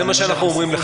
זה מה שאנחנו אומרים לך.